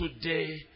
today